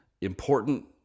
Important